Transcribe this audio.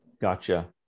Gotcha